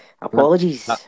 Apologies